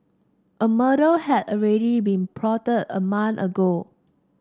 a murder had already been plotted a month ago